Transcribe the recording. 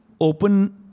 open